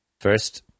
First